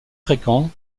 fréquent